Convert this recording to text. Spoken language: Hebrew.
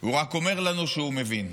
הוא רק אומר לנו שהוא מבין.